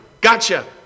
Gotcha